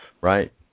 Right